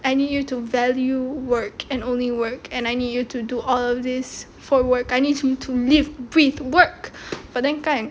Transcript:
I need you to value work and only work and I need you to do all of this for work I need to live breathe work but then kan